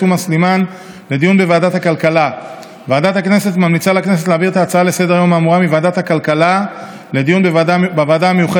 מוועדת העבודה והרווחה לדיון בוועדת הבריאות